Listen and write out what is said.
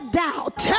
doubt